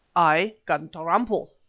i can trample,